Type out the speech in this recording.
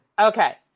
Okay